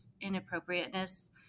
inappropriateness